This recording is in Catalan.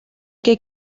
que